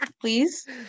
Please